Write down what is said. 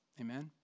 Amen